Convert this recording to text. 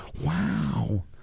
Wow